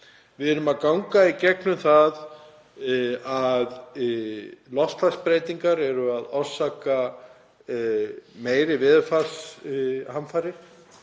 Við erum að ganga í gegnum það að loftslagsbreytingar eru að orsaka meiri veðurfarshamfarir.